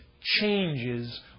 changes